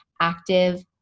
active